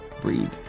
breed